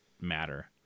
matter